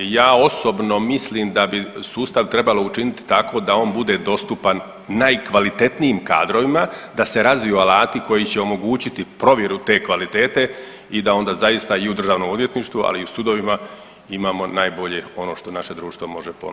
Ja osobno mislim da bi sustav trebalo učiniti tako da on bude dostupan najkvalitetnijim kadrovima, da se razviju alati koji će omogućiti provjeru te kvalitete i da onda zaista i u državnom odvjetništvu, ali i u sudovima imamo najbolje ono što naše društvo može ponudit.